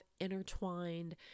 intertwined